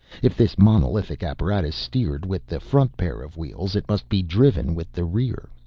if this monolithic apparatus steered with the front pair of wheels it must be driven with the rear,